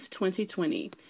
2020